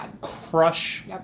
crush